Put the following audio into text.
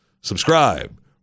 Subscribe